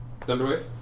Thunderwave